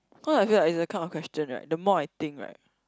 cause I feel like is the kind of question right the more I think right